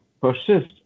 persist